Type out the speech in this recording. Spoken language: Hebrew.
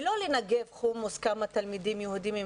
ולא על לנגב חומוס כמה תלמידים יהודים עם